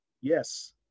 Yes